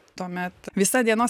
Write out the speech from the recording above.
tuomet visa dienos